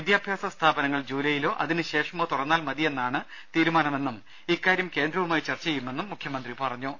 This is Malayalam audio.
വിദ്യാഭ്യാസ സ്ഥാപനങ്ങൾ ജുലൈയിലോ അതിനു ശേഷമോ തുറന്നാൽ മതിയെന്നാണ് തീരുമാനമെന്നും ഇക്കാര്യം കേന്ദ്ര ഗവൺമെന്റുമായി ചർച്ച ചെയ്യുമെന്നും മുഖ്യമന്ത്രി പറഞ്ഞു